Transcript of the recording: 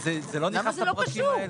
זה לא לפרקים האלה.